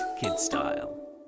kid-style